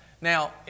Now